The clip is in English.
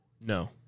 no